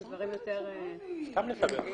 זה סתם לסבך.